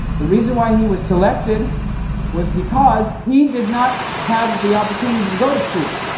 the reason why he was selected was because he did not have the opportunity to go to school,